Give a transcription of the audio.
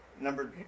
Number